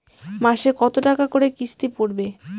মাসে কত টাকা করে কিস্তি পড়বে?